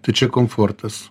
tai čia komfortas